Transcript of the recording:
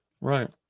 Right